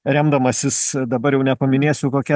remdamasis dabar jau nepaminėsiu kokia